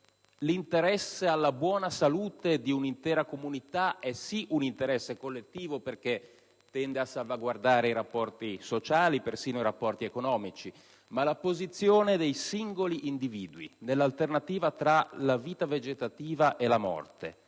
L'interesse alla buona salute di un'intera comunità è sì un interesse collettivo, perché tende a salvaguardare i rapporti sociali e persino quelli economici, ma la posizione dei singoli individui, nell'alternativa tra la vita vegetativa e la morte,